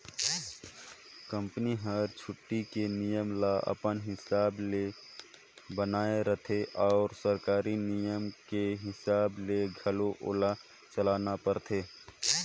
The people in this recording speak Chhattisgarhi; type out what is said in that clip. कंपनी हर छुट्टी के नियम ल अपन हिसाब ले बनायें रथें अउ सरकारी नियम के हिसाब ले घलो ओला चलना परथे